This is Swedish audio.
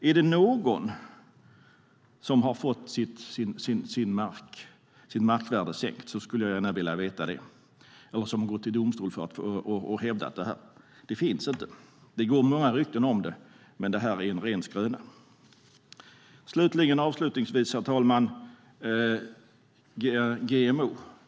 Är det någon som har fått sitt markvärde sänkt skulle jag gärna vilja veta det. Har någon gått till domstol och hävdat detta? Det finns inte. Det går många rykten om det, men det är en ren skröna. Avslutningsvis, herr talman, vill jag nämna GMO.